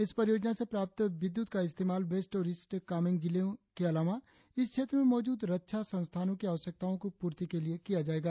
इस परियोजना से प्राप्त विद्युत का इस्तेमाल वेस्ट और ईस्ट कामेंग जिलों के अलावा इस क्षेत्र में मौजूद रक्षा संस्थानो की आवश्यकताओ की पूर्ति के लिए किया जाएगा